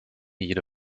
jede